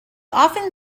often